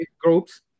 groups